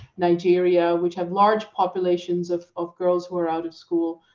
nigeria, which have large populations of of girls who are out of school.